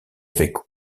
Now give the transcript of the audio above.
avec